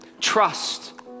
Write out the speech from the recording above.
trust